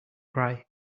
cry